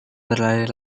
berlari